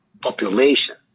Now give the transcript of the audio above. population